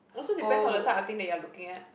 also depends on the type of thing that you're looking at